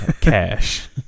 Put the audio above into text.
Cash